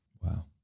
Wow